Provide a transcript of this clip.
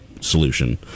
solution